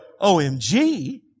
OMG